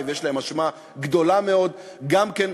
ויש להם אשמה גדולה מאוד גם כן,